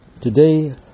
Today